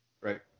right